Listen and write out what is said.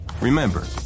Remember